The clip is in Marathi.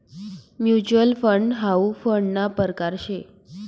म्युच्युअल फंड हाउ फंडना परकार शे